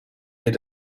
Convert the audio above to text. had